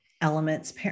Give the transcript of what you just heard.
elements